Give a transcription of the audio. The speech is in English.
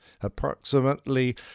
Approximately